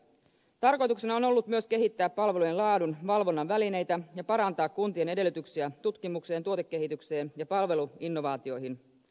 tarkoituksena on ollut myös kehittää palvelujen laadun valvonnan välineitä ja parantaa kuntien edellytyksiä tutkimukseen tuotekehitykseen ja palveluinnovaatioihin